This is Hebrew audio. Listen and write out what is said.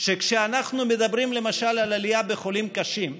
שכשאנחנו מדברים למשל על עלייה בחולים קשים,